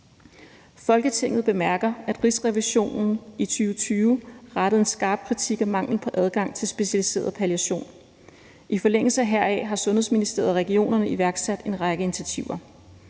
»Folketinget bemærker, at Rigsrevisionen i 2020 rettede en skarp kritik af manglen på adgang til specialiseret palliation. I forlængelse heraf har Sundhedsministeriet og regionerne iværksat en række initiativer.